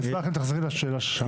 אני אשמח שתחזרי לשאלה ששאלתי.